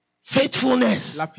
Faithfulness